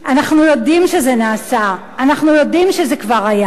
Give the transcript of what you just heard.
אנחנו יודעים שזה נעשה, אנחנו יודעים שזה כבר היה,